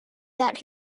that